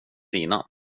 sina